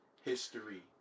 history